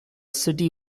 city